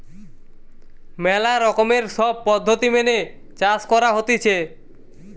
ম্যালা রকমের সব পদ্ধতি মেনে চাষ করা হতিছে